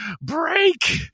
break